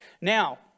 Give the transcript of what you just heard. Now